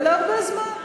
ולהרבה זמן.